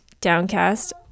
Downcast